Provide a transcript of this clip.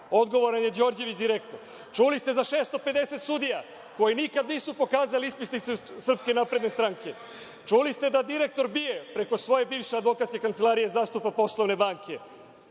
Odgovoran je Đorđević direktno. Čuli ste za 650 sudija koji nikada nisu pokazali ispisnice iz SNS. Čuli ste da direktor BIA preko svoje bivše advokatske kancelarije zastupa poslovne banke.